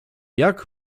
jak